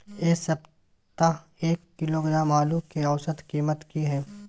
ऐ सप्ताह एक किलोग्राम आलू के औसत कीमत कि हय?